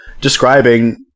describing